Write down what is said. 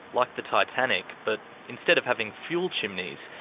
like the titanic, but instead of having fuel chimneys,